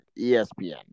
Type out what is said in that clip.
ESPN